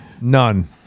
None